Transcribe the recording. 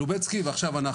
לובצקי ועכשיו אנחנו